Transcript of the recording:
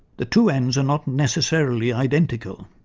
the two ends are not necessarily identical.